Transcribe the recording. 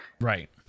right